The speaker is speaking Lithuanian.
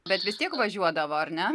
bet vis tiek važiuodavo ar ne